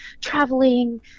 traveling